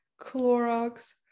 Clorox